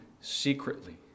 secretly